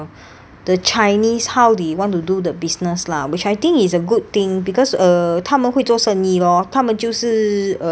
the chinese how they want to do the business lah which I think is a good thing because err 他们会做生意 lor 他们就是 err